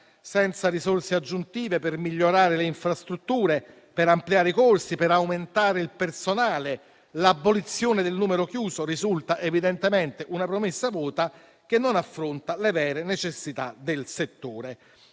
Senza risorse aggiuntive per migliorare le infrastrutture, per ampliare i corsi, per aumentare il personale, l'abolizione del numero chiuso risulta una promessa vuota, che non affronta le vere necessità del settore